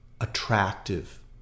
attractive